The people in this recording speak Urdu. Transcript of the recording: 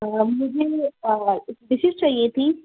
مجھے ڈشیز چاہیے تھیں